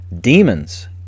demons